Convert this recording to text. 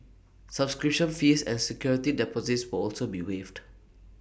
subscription fees and security deposits will also be waived